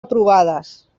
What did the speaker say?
aprovades